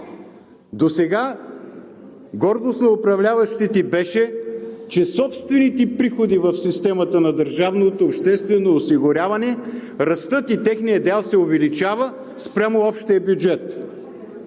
Досега гордостта на управляващите беше, че собствените приходи в системата на държавното обществено осигуряване растат и техният дял се увеличава спрямо общия бюджет.